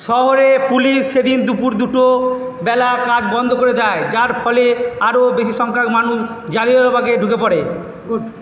শহরে পুলিশ সেদিন দুপুর দুটো বেলা কাজ বন্ধ করে দেয় যার ফলে আরও বেশি সংখ্যক মানুষ ঢুকে পড়ে গুড